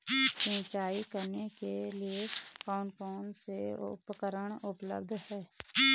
सिंचाई करने के लिए कौन कौन से उपकरण उपलब्ध हैं?